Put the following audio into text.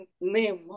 name